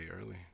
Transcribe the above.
early